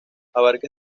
abarca